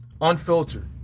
unfiltered